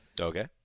Okay